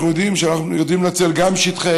אנחנו יודעים שאנחנו יודעים לנצל גם שטחי